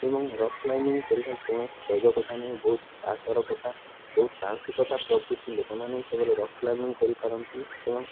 ଏବଂ rock climbing କରିବା କୌଣସି ସହଯୋଗ କଥା ନହେଁ ବହୁତ ସାହସର କଥା ବହୁତ ସାହସିକତା ପ୍ରଭୃତି ଲୋକମାନେ କେବଳ ରକ୍ କ୍ଲାଇମ୍ବିଙ୍ଗ କରିପାରନ୍ତି ଏବଂ